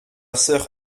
sœur